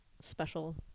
special